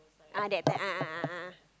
ah that time ah ah ah ah ah ah ah